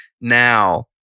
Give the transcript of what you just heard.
now